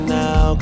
now